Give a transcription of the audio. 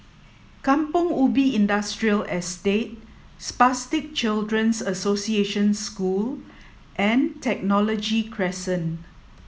Kampong Ubi Industrial Estate Spastic Children's Association School and Technology Crescent